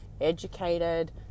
educated